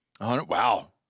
Wow